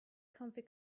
comfy